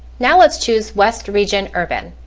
now let's choose west region urban.